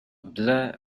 bleu